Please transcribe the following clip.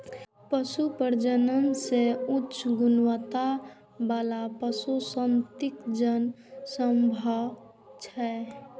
पशु प्रजनन सं उच्च गुणवत्ता बला पशु संततिक जन्म संभव छै